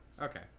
okay